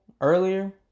earlier